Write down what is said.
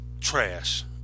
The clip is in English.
trash